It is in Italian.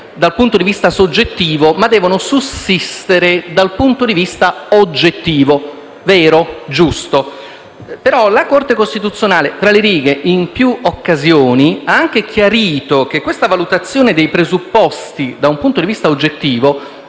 dal punto di vista soggettivo, ma devono sussistere dal punto di vista oggettivo. Vero, giusto. La Corte costituzionale, però, tra le righe e in più occasioni ha anche chiarito che questa valutazione dei presupposti da un punto di vista oggettivo